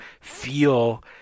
feel